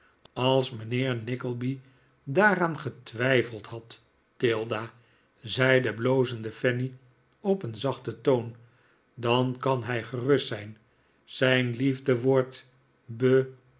als mijnheer nickleby daaraan getwijfeld had tilda zei de blozende fanny op een zachten toon dan kan hij gerust zijn zijii liefde wordt